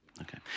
Okay